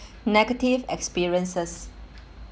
negative experiences